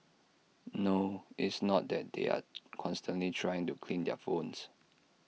no it's not that they are constantly trying to clean their phones